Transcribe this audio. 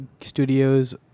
studios